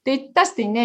tai tas tai ne